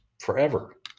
forever